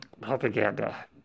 propaganda